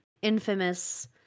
infamous